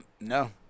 No